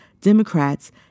Democrats